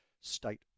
state